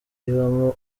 ibamo